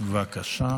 בבקשה.